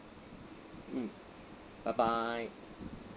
mm bye bye